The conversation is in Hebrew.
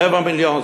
רבע מיליון.